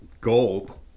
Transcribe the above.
gold